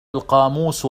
القاموس